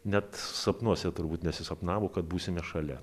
net sapnuose turbūt nesisapnavo kad būsime šalia